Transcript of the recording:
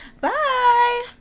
Bye